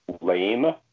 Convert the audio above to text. lame